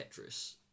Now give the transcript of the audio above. Tetris